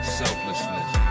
selflessness